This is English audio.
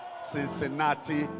Cincinnati